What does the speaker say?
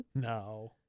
No